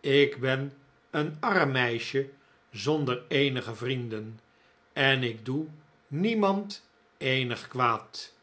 ik ben een arm meisje zonder eenige vrienden en ik doe niemand eenig kwaad